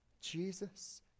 Jesus